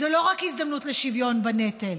זו לא רק הזדמנות לשוויון בנטל,